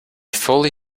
fully